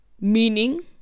Meaning